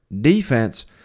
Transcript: defense